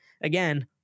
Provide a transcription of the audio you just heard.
Again